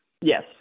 yes